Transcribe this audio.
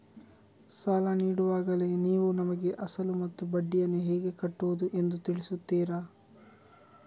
ಸಾಲ ನೀಡುವಾಗಲೇ ನೀವು ನಮಗೆ ಅಸಲು ಮತ್ತು ಬಡ್ಡಿಯನ್ನು ಹೇಗೆ ಕಟ್ಟುವುದು ಎಂದು ತಿಳಿಸುತ್ತೀರಾ?